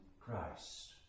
Christ